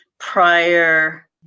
prior